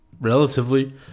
relatively